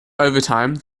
overtime